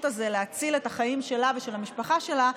הזה להציל את החיים שלה ושל המשפחה שלה,